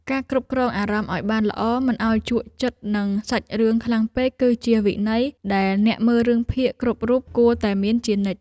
ការគ្រប់គ្រងអារម្មណ៍ឱ្យបានល្អមិនឱ្យជក់ចិត្តនឹងសាច់រឿងខ្លាំងពេកគឺជាវិន័យដែលអ្នកមើលរឿងភាគគ្រប់រូបគួរតែមានជានិច្ច។